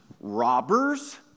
robbers